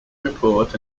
report